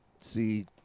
see